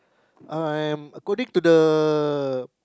I am according to the